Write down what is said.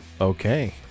Okay